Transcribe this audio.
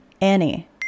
Annie